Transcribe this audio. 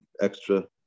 extra